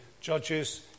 judges